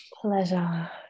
Pleasure